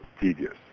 tedious